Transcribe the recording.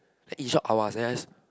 then in short Awaz then I just